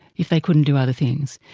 if they couldn't do other things.